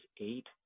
eight